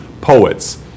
poets